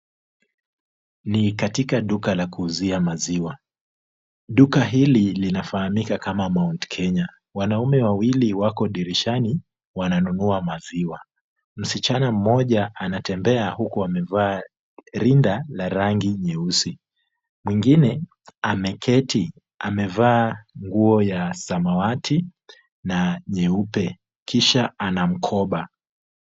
Ni katika duka la kuuzia maziwa. Duka hili linafahamika kama Mount Kenya. Wanaume wawili wako dirishani wananunua maziwa. Msichana mmoja anatembea huku amevaa rinda la rangi nyeusi. Mwingine ameketi amevaa nguo ya samawati na nyeupe kisha ana mkoba.